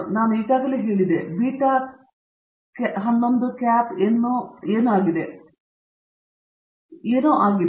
ನಾನು ಈಗಾಗಲೇ ಹೇಳಿದೆ ಬೀಟಾ ಹ್ಯಾಟ್ 11 ಏನು ಆಗಿದೆ